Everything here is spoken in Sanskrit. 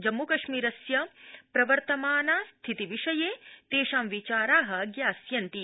जम्मुकश्मीरे प्रवर्तमान स्थितिविषये तेषां विचारा ज्ञास्यन्ति